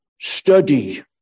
study